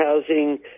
housing